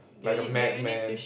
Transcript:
like a mad man